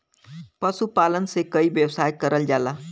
पशुपालन से कई व्यवसाय करल जाला